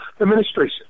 administration